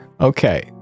Okay